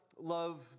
love